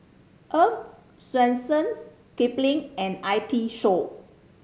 Earl's Swensens Kipling and I T Show